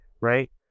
right